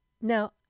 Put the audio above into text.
now